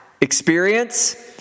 experience